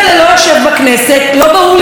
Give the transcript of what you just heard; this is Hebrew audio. ולא ברור לי אם הוא ישב בכנסת הבאה,